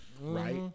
Right